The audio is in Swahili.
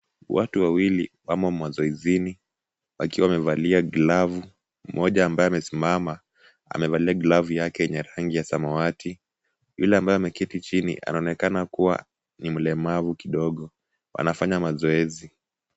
Watu wawili wamo mazoezini wakiwa wamevalia glavu. Mmoja ambaye amesimama amevalia glavu yake yenye rangi ya samawati. Yule ambaye ameketi chini anaonekana kua ni mlemavu kidogo, anafanya mazoezi.